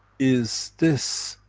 is this,